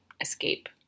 escape